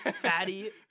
fatty